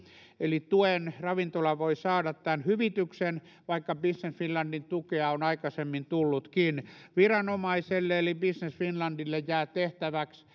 eli ravintola voi saada tämän hyvityksen vaikka business finlandin tukea on aikaisemmin tullutkin viranomaiselle eli business finlandille jää tehtäväksi